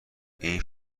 این